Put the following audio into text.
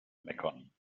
meckern